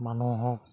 মানুহক